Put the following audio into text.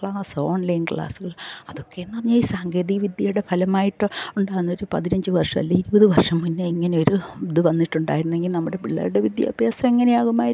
class online ക്ലാസ്കൾ അതൊക്കെന്നു പറഞ്ഞാൽ ഈ സാങ്കേതിക വിദ്യയുടെ ഫലമായിട്ട് ഉണ്ടാകുന്നൊരു പതിനഞ്ച് വർഷം അല്ലേൽ ഇരുപത് വർഷം മുന്നേ ഇങ്ങനെ ഒരു ഇത് വന്നിട്ടുണ്ടായിരുന്നെങ്കിൽ നമ്മുടെ പിള്ളേരുടെ വിദ്യാഭ്യാസം എങ്ങനെ ആകുമായിരുന്നു